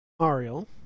Ariel